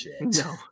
no